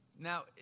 Now